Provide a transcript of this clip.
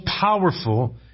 powerful